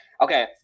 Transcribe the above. Okay